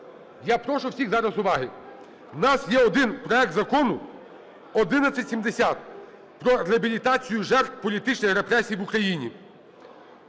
Я прошу у всіх зараз уваги. У нас є один проект Закону (1170) "Про реабілітацію жертв політичних репресій в Україні,"